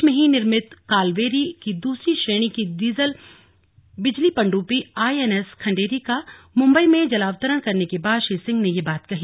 देश में ही निर्मित कालवेरी की दूसरी श्रेणी की डीजल बिजली पनडुब्बी आई एन एस खंडेरी का मुंबई में जलावतरण करने के बाद श्री सिंह ने ये बात कही